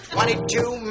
Twenty-two